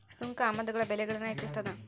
ಸುಂಕ ಆಮದುಗಳ ಬೆಲೆಗಳನ್ನ ಹೆಚ್ಚಿಸ್ತದ